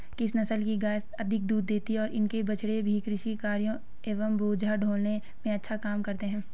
किस नस्ल की गायें अधिक दूध देती हैं और इनके बछड़े भी कृषि कार्यों एवं बोझा ढोने में अच्छा काम करते हैं?